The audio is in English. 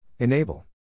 Enable